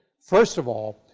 first of all.